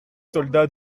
soldats